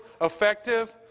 effective